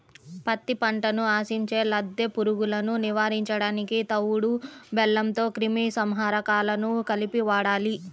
పత్తి పంటను ఆశించే లద్దె పురుగులను నివారించడానికి తవుడు బెల్లంలో క్రిమి సంహారకాలను కలిపి వాడాలి